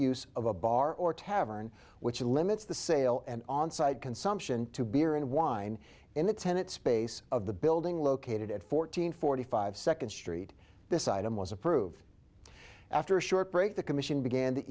use of a bar or tavern which limits the sale and on site consumption to beer and wine in the tenant space of the building located at fourteen forty five second street this item was approved after a short break the commission began t